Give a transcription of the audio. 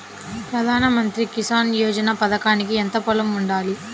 ప్రధాన మంత్రి కిసాన్ యోజన పథకానికి ఎంత పొలం ఉండాలి?